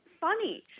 funny